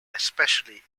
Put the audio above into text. especially